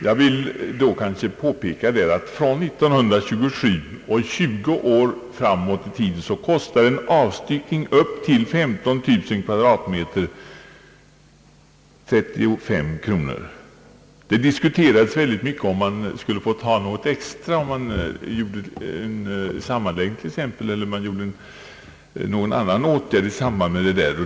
Jag vill påpeka att från 1927 och tjugo år framåt i tiden kostade en avstyckning upp till 15 000 kvadratmeter 35 kronor. Det diskuterades väldigt mycket om man skulle få ta något extra, t.ex. när det gjordes en sammanläggning eller vidtogs någon annan sådan åtgärd.